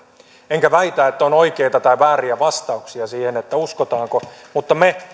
enkä väitä että on oikeita tai vääriä vastauksia siihen uskotaanko mutta me